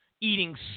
eating